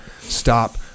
stop